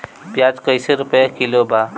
प्याज कइसे रुपया किलो बा?